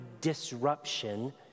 disruption